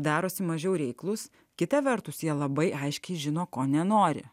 darosi mažiau reiklūs kita vertus jie labai aiškiai žino ko nenori